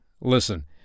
Listen